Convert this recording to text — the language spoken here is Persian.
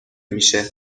میشه